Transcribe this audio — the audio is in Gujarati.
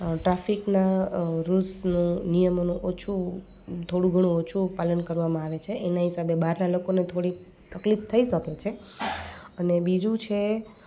ટ્રાફિકના રૂલ્સનું નિયમોનું ઓછું થોડું ઘણું ઓછું પાલન કરવામાં આવે છે એના હિસાબે બારના લોકોને થોડીક તકલીફ થઈ શકે છે અને બીજું છે